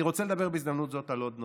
אני רוצה לדבר בהזדמנות זאת על עוד נושא.